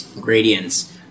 gradients